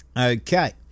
Okay